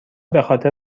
بخاطر